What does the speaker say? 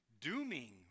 dooming